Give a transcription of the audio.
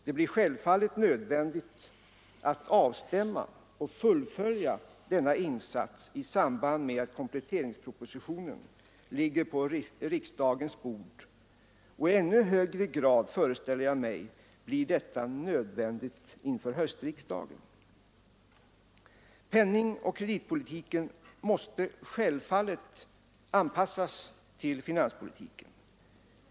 Det blir självfallet nödvändigt att avstämma och fullfölja denna insats i samband med att kompletteringspropositionen ligger på riksdagens bord, och i ännu högre grad, föreställer jag mig, blir detta nödvändigt inför höstriksdagen. Penningoch kreditpolitiken måste självfallet anpassas till finanspolitiken.